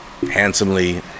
handsomely